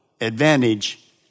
advantage